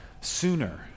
sooner